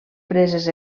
preses